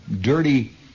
dirty